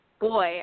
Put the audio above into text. Boy